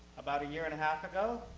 about a year and a half ago,